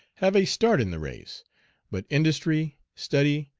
have a start in the race but industry, study,